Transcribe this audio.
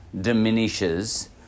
diminishes